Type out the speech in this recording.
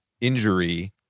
injury